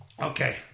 Okay